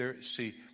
See